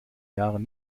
jahren